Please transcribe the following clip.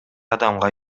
адамга